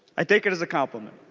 i take it as a compliment.